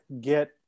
get